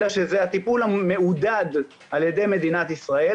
אלא שזה הטיפול המעודד על ידי מדינת ישראל